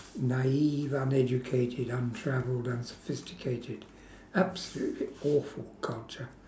naive uneducated untravelled unsophisticated absolutely awful culture